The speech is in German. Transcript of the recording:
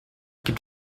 gibt